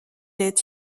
est